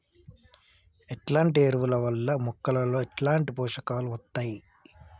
ఎట్లాంటి ఎరువుల వల్ల మొక్కలలో ఎట్లాంటి పోషకాలు వత్తయ్?